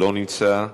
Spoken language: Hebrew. לא נמצא,